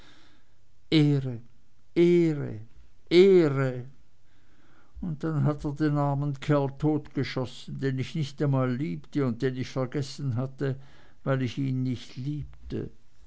ehre ehre ehre und dann hat er den armen kerl totgeschossen den ich nicht einmal liebte und den ich vergessen hatte weil ich ihn nicht liebte